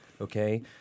Okay